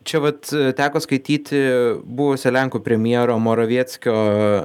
čia vat teko skaityti buvusio lenkų premjero morawieckio